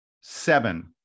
seven